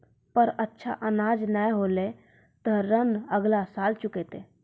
पर अनाज अच्छा नाय होलै तॅ ऋण अगला साल चुकैतै